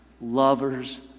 lovers